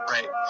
Right